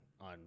on